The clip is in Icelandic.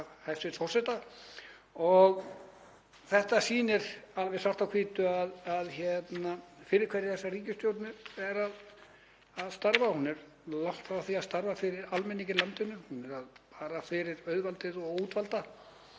Þetta sýnir alveg svart á hvítu fyrir hverja þessi ríkisstjórn starfar. Hún er langt frá því að starfa fyrir almenning í landinu, hún er bara fyrir auðvaldið og útvalda